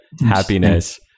happiness